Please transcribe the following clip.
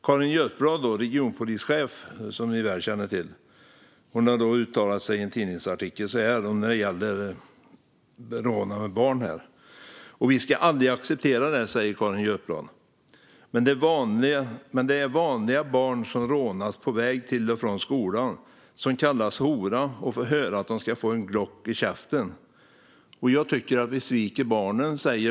Carin Götblad, en regionpolischef som ni väl känner till, har uttalat sig så här i en tidningsartikel när det gäller rån av barn: "Vi skulle aldrig acceptera det. Men det är vanliga barn som rånas på väg till och från skolan, som kallas hora och får höra att de ska få en Glock i käften. Jag tycker att vi sviker barnen."